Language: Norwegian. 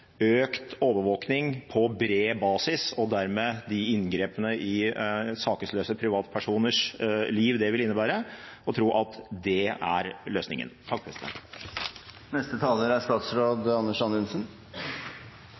økt overvåkning på bred basis – og dermed de inngrepene i sakesløse privatpersoners liv det vil innebære